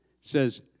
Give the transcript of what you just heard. says